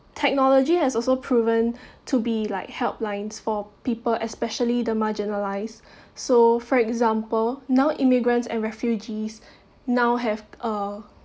technology has also proven to be like help lines for people especially the marginalised so for example now immigrants and refugees now have uh